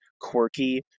quirky